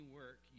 work